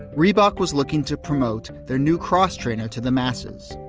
reebok was looking to promote their new cross-trainer to the masses,